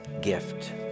gift